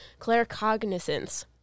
claircognizance